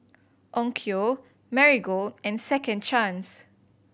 Onkyo Marigold and Second Chance